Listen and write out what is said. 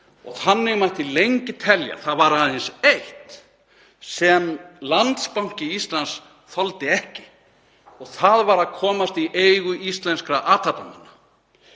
og þannig mætti lengi telja. Það var aðeins eitt sem Landsbanki Íslands þoldi ekki, það var að komast í eigu íslenskra athafnamanna.